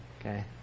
Okay